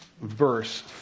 verse